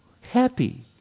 happy